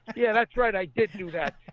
yeah, that's right. i did do that.